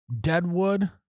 Deadwood